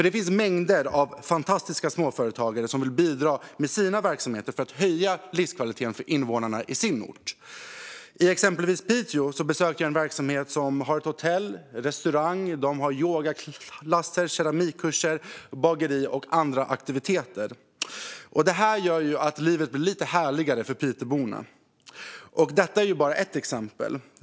Det finns mängder av fantastiska småföretagare som vill bidra med sina verksamheter för att höja livskvaliteten för invånarna i sin ort. I exempelvis Piteå besökte jag en verksamhet som har ett hotell, en restaurang, ett bageri, yogaklasser, keramikkurser och andra aktiviteter. Detta gör att livet blir lite härligare för Piteborna. Och detta är bara ett exempel.